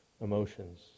emotions